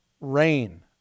rain